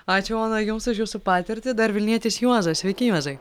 ačiū ona jums už jūsų patirtį dar vilnietis juozas sveiki juozai